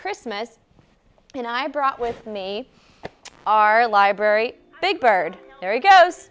christmas and i brought with me our library big bird there he go